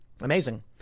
Amazing